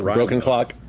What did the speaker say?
broken clock.